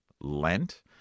Lent